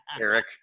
Eric